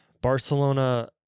Barcelona